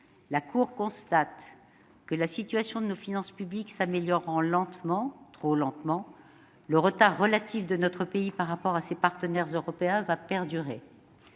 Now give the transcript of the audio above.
comptes constate que, la situation de nos finances publiques s'améliorant lentement- trop lentement -, le retard relatif de notre pays par rapport à ses partenaires européens va perdurer.